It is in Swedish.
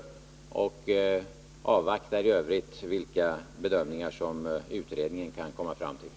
I övrigt avvaktar jag vilka bedömningar som utredningen kan komma fram till.